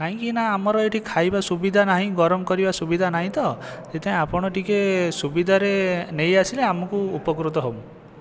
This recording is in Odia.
କାହିଁକିନା ଆମର ଏଇଠି ଖାଇବା ସୁବିଧା ନାହିଁ ଗରମ କରିବା ସୁବିଧା ନାଇଁ ତ ସେଇଥିପାଇଁ ଆପଣ ଟିକିଏ ସୁବିଧାରେ ନେଇ ଆସିଲେ ଆମକୁ ଉପକୃତ ହେବୁ